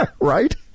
right